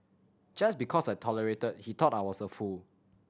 just because I tolerated he thought I was a fool